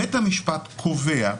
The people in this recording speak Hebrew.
בית המשפט קובע,